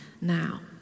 now